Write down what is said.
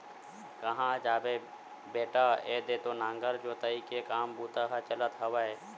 काँहा जाबे बेटा ऐदे तो नांगर जोतई के काम बूता ह चलत हवय